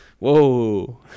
whoa